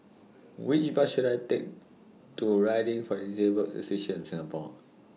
Which Bus should I Take to Riding For The Disabled Association of Singapore